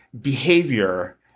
behavior